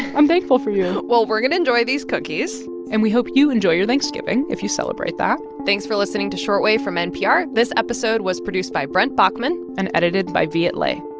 i'm thankful for you well, we're going to enjoy these cookies and we hope you enjoy your thanksgiving if you celebrate that thanks for listening to short wave from npr. this episode was produced by brent baughman and edited by viet le